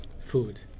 food